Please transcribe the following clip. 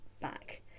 back